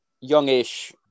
youngish